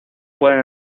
pueden